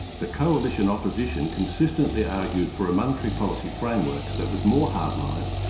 the coalition opposition consistently argued for a monetary policy framework that was more hardline,